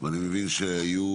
ואני מבין שהיו